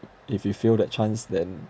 if you fail that chance then